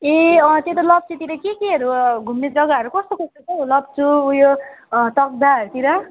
ए त्यता लप्चूतिर के केहरू घुम्ने जग्गाहरू कस्तो कस्तो छ हौ लप्चू उयो तकदाहरूतिर